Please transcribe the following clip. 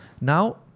Now